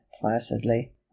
placidly